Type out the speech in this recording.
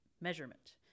measurement